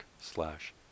slash